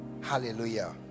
hallelujah